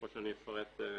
כמו שאני אפרט מייד.